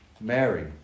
Mary